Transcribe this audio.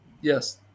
yes